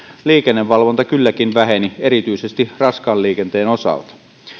liikennevalvonta kylläkin väheni erityisesti raskaan liikenteen osalta